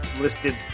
listed